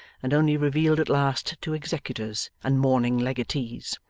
and only revealed at last to executors and mourning legatees.